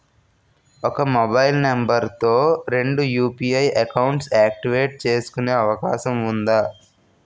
ఒక mobile number తో రెండు యు.పి.ఐ అకౌంట్స్ యాక్టివేట్ చేసుకునే అవకాశం వుందా?